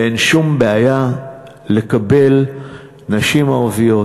ואין שום בעיה לקבל נשים ערביות,